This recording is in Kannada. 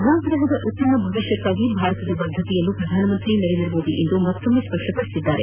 ಭೂಗ್ರಹದ ಉತ್ತಮ ಭವಿಷ್ಯಕ್ಕಾಗಿ ಭಾರತದ ಭದ್ದತೆಯನ್ನು ಪ್ರಧಾನ ಮಂತ್ರಿ ನರೇಂದ್ರ ಮೋದಿ ಇಂದು ಮತ್ತೊಮ್ಮೆ ಸ್ಪಷ್ಟ ಪದಿಸಿದ್ದಾರೆ